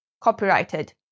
copyrighted